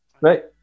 right